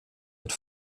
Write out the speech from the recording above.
mit